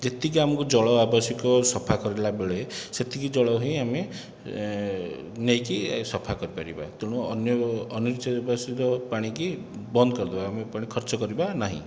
ଯେତିକି ଆମକୁ ଜଳ ଆବଶ୍ୟକ ସଫା କରିଲାବେଳେ ସେତିକି ଜଳ ହିଁ ଆମେ ନେଇକି ସଫା କରିପାରିବା ତେଣୁ ଅନ୍ୟ ଅନାବଶ୍ୟକ ପାଣିକି ବନ୍ଦ କରିଦେବା ଆମେ ପାଣି ଖର୍ଚ୍ଚ କରିବା ନାହିଁ